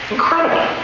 Incredible